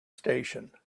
station